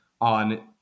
on